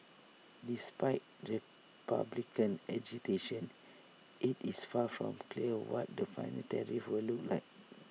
despite republican agitation IT is far from clear what the final tariffs will look like